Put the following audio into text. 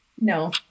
No